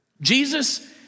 Jesus